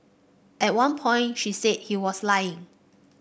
at one point she said he was lying